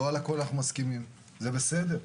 לא הכול אנחנו מסכימים וזה בסדר,